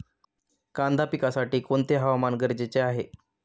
कांदा पिकासाठी कोणते हवामान गरजेचे आहे?